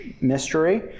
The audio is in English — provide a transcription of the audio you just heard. mystery